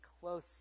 close